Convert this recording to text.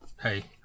hey